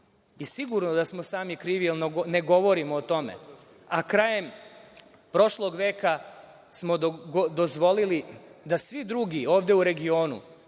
Sigurno da smo sami krivi, a ne govorimo o tome, a krajem prošlog veka smo dozvolili da svi drugi ovde u regionu,